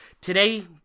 today